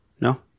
No